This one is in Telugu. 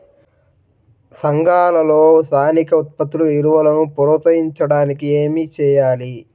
సంఘాలలో స్థానిక ఉత్పత్తుల విలువను ప్రోత్సహించడానికి ఏమి చేయాలి?